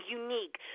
unique